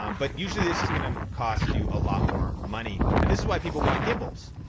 um but usually this is gonna cost you a lot more money. and this is why people want gimbals.